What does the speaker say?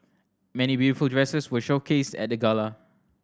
many beautiful dresses were showcased at the gala